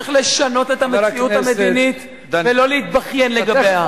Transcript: צריך לשנות את המציאות המדינית ולא להתבכיין לגביה.